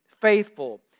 faithful